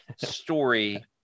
story